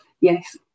Yes